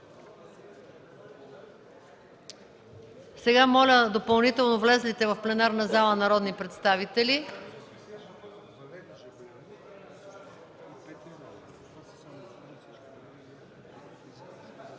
дадете допълнително влезлите в пленарната зала народни представители.